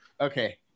Okay